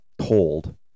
Told